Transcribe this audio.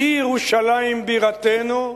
לירושלים בירתנו,